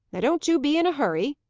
now don't you be in a hurry!